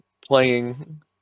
playing